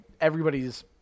Everybody's